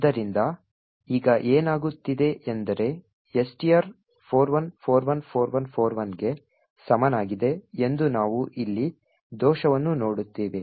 ಆದ್ದರಿಂದ ಈಗ ಏನಾಗುತ್ತಿದೆ ಎಂದರೆ STR 41414141 ಗೆ ಸಮನಾಗಿದೆ ಎಂದು ನಾವು ಇಲ್ಲಿ ದೋಷವನ್ನು ನೋಡುತ್ತೇವೆ